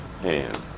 hand